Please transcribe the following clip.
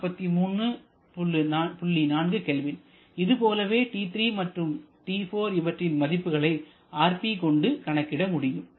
4 K இதுபோலவே T3 மற்றும் T4 இவற்றின் மதிப்புகளை rp கொண்டு கணக்கிட முடியும்